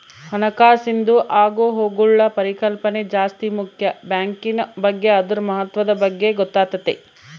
ಹಣಕಾಸಿಂದು ಆಗುಹೋಗ್ಗುಳ ಪರಿಕಲ್ಪನೆ ಜಾಸ್ತಿ ಮುಕ್ಯ ಬ್ಯಾಂಕಿನ್ ಬಗ್ಗೆ ಅದುರ ಮಹತ್ವದ ಬಗ್ಗೆ ಗೊತ್ತಾತತೆ